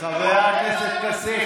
חבר הכנסת כסיף,